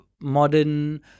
modern